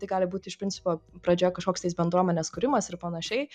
tai gali būt iš principo pradžioje kažkoks tais bendruomenės kūrimas ir panašiai